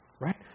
right